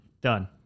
done